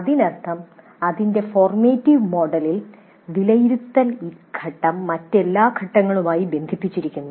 അതിനർത്ഥം അതിന്റെ ഫോർമാറ്റീവ് മോഡിൽ വിലയിരുത്തൽ ഘട്ടം മറ്റെല്ലാ ഘട്ടങ്ങളുമായി ബന്ധിപ്പിച്ചിരിക്കുന്നു